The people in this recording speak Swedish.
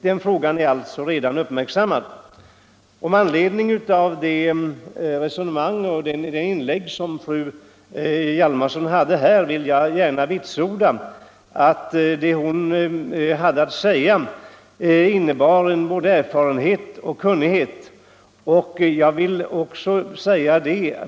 Den frågan är alltså redan föremål för uppmärksamhet. Jag vill gärna vitsorda att fru Hjalmarssons inlägg gav uttryck för både erfarenhet och kunnighet.